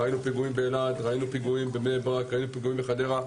ראינו פיגועים באלעד, בבני ברק, בחדרה.